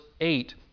eight